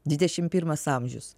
dvidešim pirmas amžius